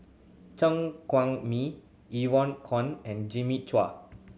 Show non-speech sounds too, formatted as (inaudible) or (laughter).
Chen (unintelligible) Mee Evon (unintelligible) and Jimmy Chua